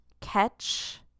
catch